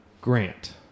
Grant